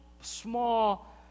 small